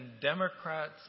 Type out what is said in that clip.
Democrats